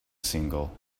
single